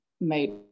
made